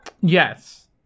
Yes